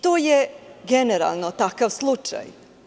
To je generalno takav slučaj.